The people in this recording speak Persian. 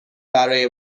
برای